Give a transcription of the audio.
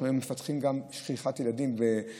אנחנו מפתחים גם למניעת שכחת ילדים ברכב.